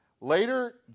Later